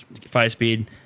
five-speed